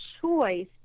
choice